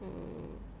mm